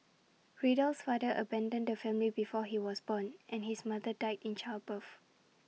Riddle's father abandoned the family before he was born and his mother died in childbirth